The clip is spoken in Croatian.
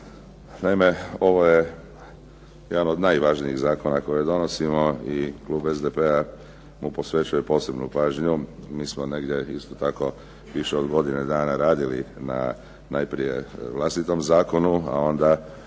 Naime, ovo je jedan od najvažnijih zakona koje donosimo i Klub SDP-a mu posvećuje posebnu pažnju, mi smo negdje isto tako više od godine dana radili na vlastitom zakonu, onda